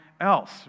else